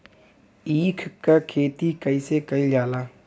ईख क खेती कइसे कइल जाला?